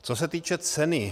Co se týče ceny.